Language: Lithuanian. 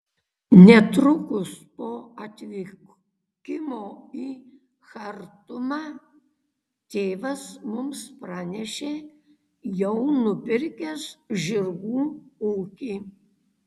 netrukus po atvykimo į chartumą tėvas mums pranešė jau nupirkęs žirgų ūkį